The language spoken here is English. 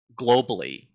globally